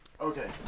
Okay